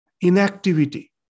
inactivity